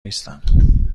نیستم